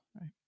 right